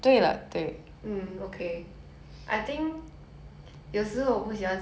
I don't think Q is like a proper chinese word so let's yes s~